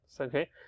okay